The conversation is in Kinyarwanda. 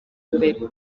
mbere